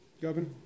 Governor